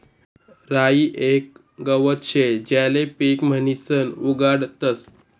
राई येक गवत शे ज्याले पीक म्हणीसन उगाडतस